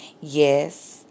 yes